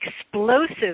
Explosive